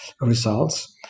results